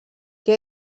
que